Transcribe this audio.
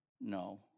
no